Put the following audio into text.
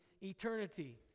eternity